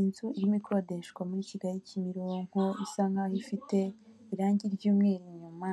Inzu irimo ikodeshwa muri Kigali Kimironko, isa nk'aho ifite irangi ry'umweru inyuma